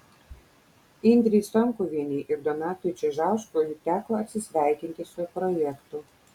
indrei stonkuvienei ir donatui čižauskui teko atsisveikinti su projektu